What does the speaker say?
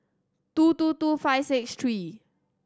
two two two five six three